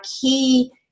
key